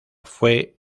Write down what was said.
fue